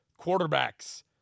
Quarterbacks